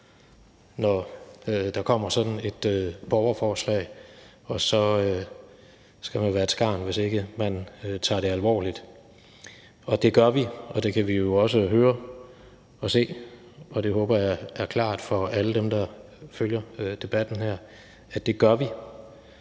når der kommer sådan et borgerforslag, og så skal man være et skarn, hvis ikke man tager det alvorligt, og det gør vi, og det kan vi jo også høre og se, og jeg håber, at det er klart for alle dem, der følger debatten her, at det gør vi.